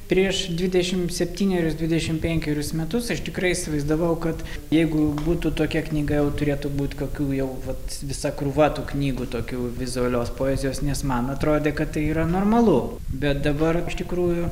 prieš dvidešimt septynerius dvidešimt penkerius metus aš tikrai įsivaizdavau kad jeigu būtų tokia knyga jau turėtų būti kokių jau vat visa krūva tų knygų tokių vizualios poezijos nes man atrodė kad tai yra normalu bet dabar iš tikrųjų